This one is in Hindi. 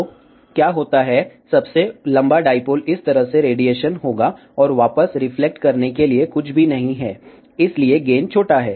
तो क्या होता है सबसे लंबा डाईपोल इस तरह से रेडिएशन होगा और वापस रिफ्लेक्ट करने के लिए कुछ भी नहीं है इसलिए गेन छोटा है